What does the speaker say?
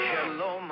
Hello